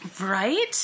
right